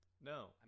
No